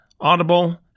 Audible